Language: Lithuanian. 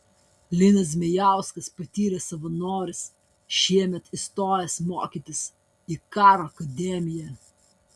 linas zmejauskas patyręs savanoris šiemet įstojęs mokytis į karo akademiją